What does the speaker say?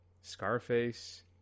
scarface